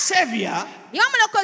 Savior